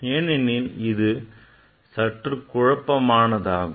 ஏனெனில் இது எப்போதும் சற்று குழப்பமானதாகும்